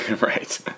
Right